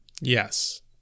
Yes